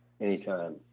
anytime